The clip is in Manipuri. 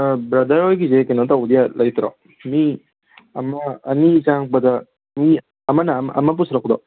ꯕ꯭ꯔꯗꯔ ꯍꯣꯏꯒꯤꯁꯦ ꯀꯩꯅꯣ ꯇꯧꯕꯗꯤ ꯂꯩꯇ꯭ꯔꯣ ꯃꯤ ꯑꯃ ꯑꯅꯤ ꯆꯪꯉꯛꯄꯗ ꯃꯤ ꯑꯃꯅ ꯑꯃ ꯄꯨꯁꯤꯜꯂꯛꯄꯗꯣ